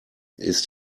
ist